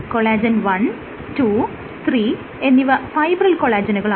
collagen I II III എന്നിവ fibril കൊളാജെനുകളാണ്